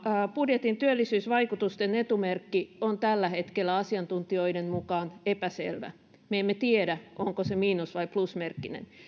budjetin työllisyysvaikutusten etumerkki on tällä hetkellä asiantuntijoiden mukaan epäselvä me emme tiedä onko se miinus vai plusmerkkinen